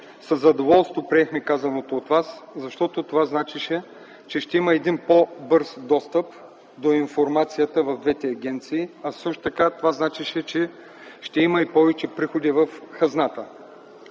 задоволство приехме казаното от Вас, защото това значеше, че ще има по-бърз достъп до информацията в двете агенции, а също така това значеше, че ще има и повече приходи в хазната.